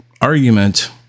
argument